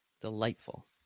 Delightful